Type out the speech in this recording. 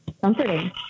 comforting